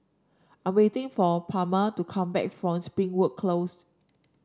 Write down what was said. I'm waiting for Palma to come back from Springwood Close